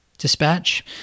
dispatch